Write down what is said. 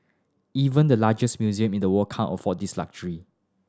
even the largest museum in the world can't afford this luxury